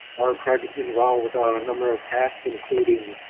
our project involves ah um a number of tasks including